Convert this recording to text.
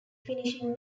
finishing